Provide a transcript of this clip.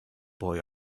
boy